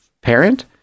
parent